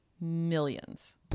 Millions